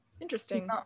Interesting